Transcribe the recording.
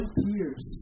years